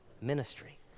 ministry